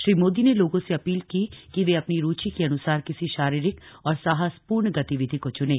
श्री मोदी ने लोगों से अपील की कि वे अपनी रूचि के अनुसार किसी शारीरिक और साहसपूर्ण गतिविधि को चुनें